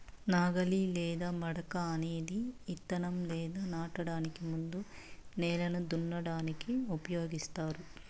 నాగలి లేదా మడక అనేది ఇత్తనం లేదా నాటడానికి ముందు నేలను దున్నటానికి ఉపయోగిస్తారు